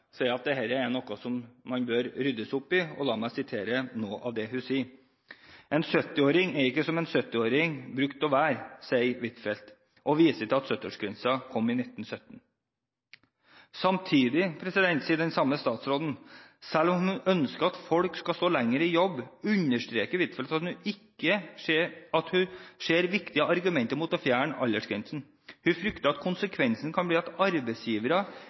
sier at dette er noe som man bør rydde opp i. La meg sitere fra Dagens Næringsliv: «En 70-åring er ikke som en 70-åring brukte å være, sier Huitfeldt og viser til at 70-årsgrensen kom i 1917.» Videre skriver Dagens Næringsliv: «Selv om hun ønsker at folk skal stå lenger i jobb, understreker Huitfeldt at hun ser viktige argumenter mot å fjerne aldersgrensen. Hun frykter at konsekvensen kan bli at arbeidsgivere